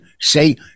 say